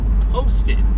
posted